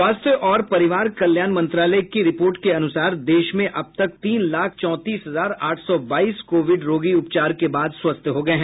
स्वास्थ्य और परिवार कल्याण मंत्रालय की रिपोर्ट के अनुसार देश में अब तक तीन लाख चौंतीस हजार आठ सौ बाईस कोविड रोगी उपचार के बाद स्वस्थ हो गए हैं